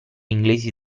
inglesi